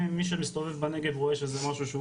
מי שמסתובב בנגב רואה שזה משהו שהוא